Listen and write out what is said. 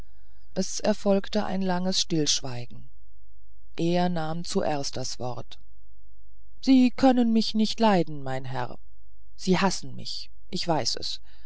es erfolgte ein langes stillschweigen er nahm zuerst das wort sie können mich nicht leiden mein herr sie hassen mich ich weiß es